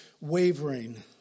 wavering